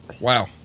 Wow